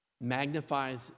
magnifies